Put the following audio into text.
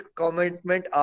commitment